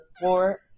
four